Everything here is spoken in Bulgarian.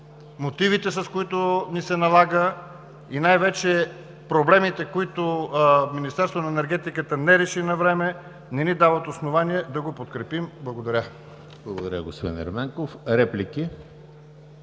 мотивите, с които ни се налага, и най-вече проблемите, които Министерството на енергетиката не реши навреме, не ни дават основание да го подкрепим. Благодаря. ПРЕДСЕДАТЕЛ ЕМИЛ ХРИСТОВ: Благодаря, господин Ерменков. Реплики?